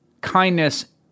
kindness